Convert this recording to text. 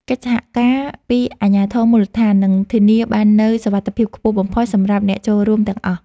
កិច្ចសហការពីអាជ្ញាធរមូលដ្ឋាននឹងធានាបាននូវសុវត្ថិភាពខ្ពស់បំផុតសម្រាប់អ្នកចូលរួមទាំងអស់។